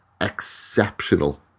exceptional